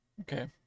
Okay